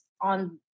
on